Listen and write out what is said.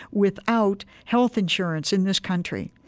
without health insurance in this country.